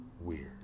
weird